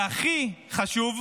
והכי חשוב,